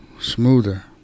smoother